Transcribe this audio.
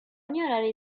ignorare